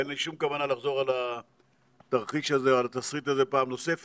אין לי שום כוונה לחזור על התרחיש הזה או על התסריט הזה פעם נוספת.